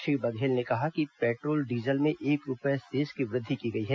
श्री बघेल ने कहा कि पेट्रोल डीजल में एक रुपये सेस की वृद्धि की गई है